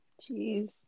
Jeez